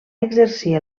exercir